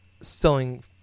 selling